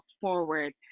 forward